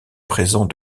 présents